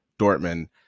Dortmund